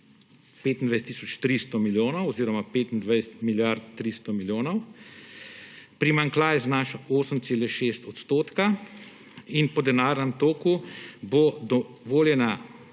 300 milijonov oziroma 25 milijard 300 milijonov, primanjkljaj znaša 8,6 % in po denarnem toku bo dovoljena